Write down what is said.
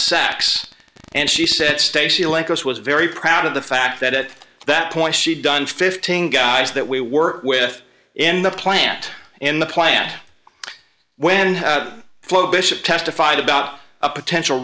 sacks and she said stacy like us was very proud of the fact that at that point she'd done fifteen guys that we worked with in the plant in the plant when flo bishop testified about a potential